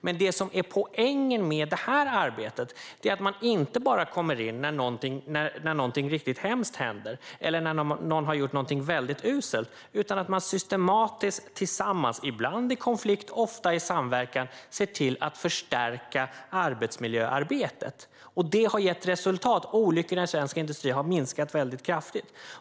Men poängen med detta arbete är att man inte bara kommer in när något hemskt händer eller när någon har gjort något uselt, utan att man systematiskt tillsammans, ibland i konflikt men ofta i samverkan, ser till att förstärka arbetsmiljöarbetet. Det har gett resultat. Olyckorna i svensk industri har minskat kraftigt.